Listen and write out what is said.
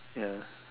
ya